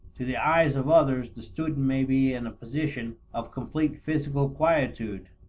to the eyes of others, the student may be in a position of complete physical quietude,